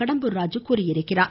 கடம்பூர் ராஜு தெரிவித்துள்ளார்